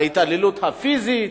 ההתעללות הפיזית,